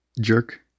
jerk